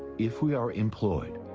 if we are employed,